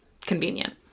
convenient